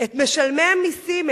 את משלמי המסים,